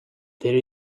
there